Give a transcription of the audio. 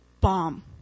bomb